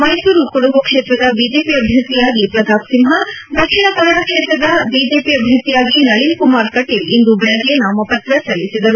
ಮೈಸೂರು ಕೊಡಗು ಕ್ಷೇತ್ರದ ಬಿಜೆಪಿ ಅಭ್ಯರ್ಥಿಯಾಗಿ ಪ್ರತಾಪ್ ಸಿಂಹ ದಕ್ಷಿಣ ಕನ್ನಡ ಕ್ಷೇತ್ರದ ಬಿಜೆಪ ಅಭ್ಯರ್ಥಿಯಾಗಿ ನಳಿನ್ ಕುಮಾರ್ ಕಟೀಲ್ ಇಂದು ಬೆಳಗ್ಗೆ ನಾಮಪತ್ರ ಸಲ್ಲಿಸಿದರು